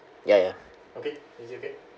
ya ya okay is it red